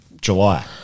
July